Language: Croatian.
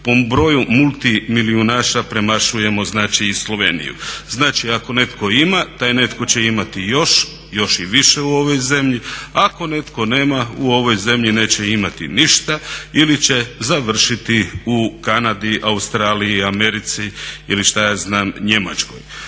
Po broju multimilijunaša premašujemo znači i Sloveniju. Znači ako netko ima taj netko će imati još i više u ovoj zemlji, a ako netko nema u ovoj zemlji neće imati ništa ili će završiti u Kanadi, Australiji, Americi ili šta ja znam Njemačkoj.